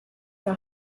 her